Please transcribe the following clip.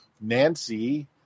Nancy